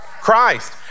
Christ